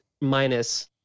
minus